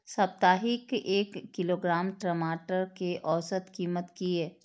साप्ताहिक एक किलोग्राम टमाटर कै औसत कीमत किए?